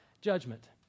judgment